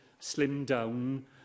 slimmed-down